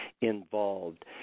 involved